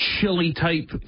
chili-type